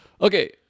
Okay